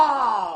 וואו,